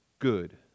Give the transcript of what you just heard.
Good